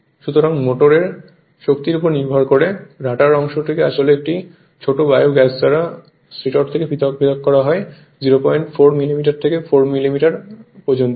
সুতরাং মোটর শক্তির উপর নির্ভর করে রটার আসলে একটি ছোট বায়ু গ্যাস দ্বারা স্টেটর থেকে পৃথক হয় যা 04 মিলিমিটার থেকে 4 মিলিমিটার পর্যন্ত হয়